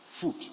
food